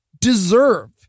deserve